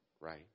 right